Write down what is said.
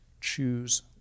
choose